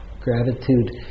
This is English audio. Gratitude